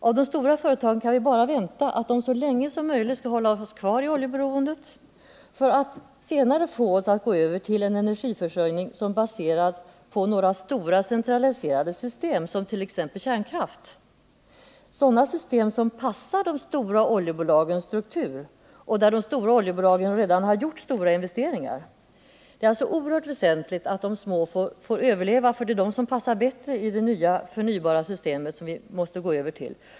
Av de stora företagen kan vi bara vänta att de så länge som möjligt skall hålla oss kvar i oljeberoendet för att senare få oss att gå över till en energiförsörjning som baseras på några stora centraliserade system, som t.ex. kärnkraft, sådana system som passar de stora oljebolagens struktur och i vilka de stora oljebolagen redan gjort stora investeringar. Det är alltså oerhört väsentligt att de små överlever. De passar bättre i det förnybara system som vi måste gå över till.